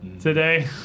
Today